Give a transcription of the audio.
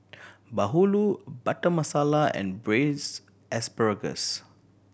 bahulu Butter Masala and Braised Asparagus